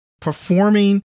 performing